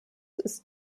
ist